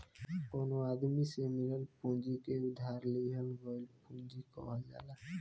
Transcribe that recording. कवनो आदमी से मिलल पूंजी के उधार लिहल गईल पूंजी कहल जाला